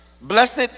Blessed